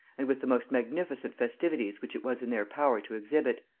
and with the most magnificent festivities which it was in their power to exhibit.